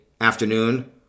afternoon